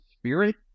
spirit